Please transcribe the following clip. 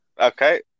Okay